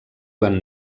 van